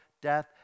death